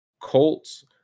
Colts